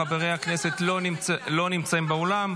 חברי הכנסת לא נמצאים באולם.